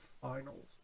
Finals